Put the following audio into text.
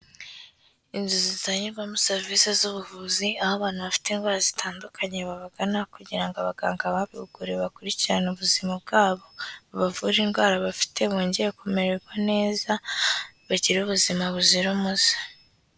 Inzu zitangirwamo serivise z'ubuvuzi, aho abantu bafite indwara zitandukanye babagana kugira ngo abaganga babihugugu bakurikirane ubuzima bwabo, bavure indwara bafite bongeye kumererwa neza, bagire ubuzima buzira umuze.